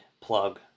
plug